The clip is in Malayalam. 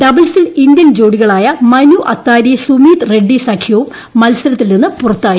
ഡബിൾസിൽ ഇന്ത്യൻ ജോഡികളായ മനു അത്താരി സുമീത് റെഡ്ഡി സഖ്യവും മത്സരത്തിൽ നിന്ന് പുറത്തായി